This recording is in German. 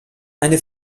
eine